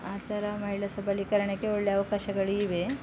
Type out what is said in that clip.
ಆ ಥರ ಮಹಿಳಾ ಸಬಲೀಕರಣಕ್ಕೆ ಒಳ್ಳೆ ಅವಕಾಶಗಳಿವೆ